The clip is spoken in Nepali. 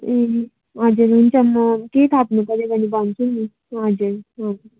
ए हजुर हुन्छ म केही थप्नु पऱ्यो भनी भन्छु नि हजुर हजुर